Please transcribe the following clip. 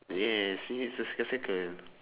yes see cir~ circle circle